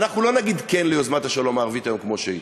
אנחנו לא נגיד כן ליוזמת השלום הערבית היום כמו שהיא,